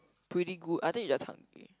pretty good I think you just hungry